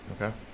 Okay